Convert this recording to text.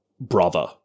brother